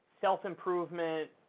self-improvement